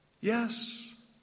Yes